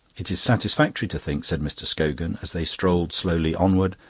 it is satisfactory to think, said mr. scogan, as they strolled slowly onward,